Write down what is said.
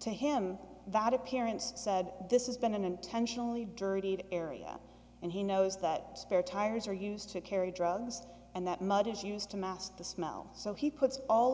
to him that appearance said this has been an intentionally dirty area and he knows that spare tires are used to carry drugs and that mud is used to mask the smell so he puts all